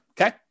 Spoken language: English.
Okay